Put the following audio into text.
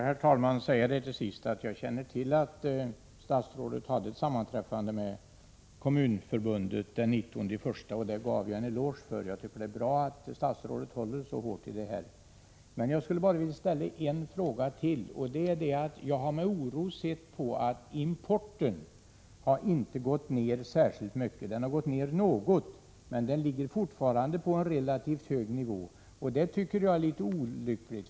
Herr talman! Jag vill till sist säga att jag känner till att statsrådet hade ett sammanträffande med Kommunförbundet den 19 januari, vilket jag gav henne en eloge för. Jag tycker att det är bra att statsrådet håller så hårt i denna fråga. Jag har med oro sett att importen inte har minskat särskilt mycket. Den har minskat något, men den ligger fortfarande på en relativt hög nivå. Det är olyckligt.